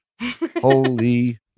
Holy